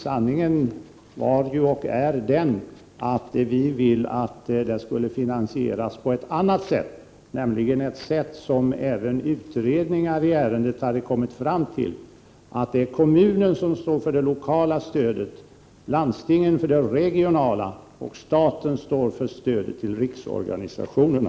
Sanningen är ju att vi vill att stödet skall finansieras på ett annat sätt, nämligen ett sätt som utredningar i ärendet hade kommit fram till — att kommunen står för det lokala stödet, landstingen för det regionala stödet och staten för stödet till riksorganisationerna.